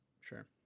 sure